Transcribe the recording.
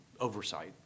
oversight